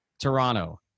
Toronto